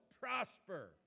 prosper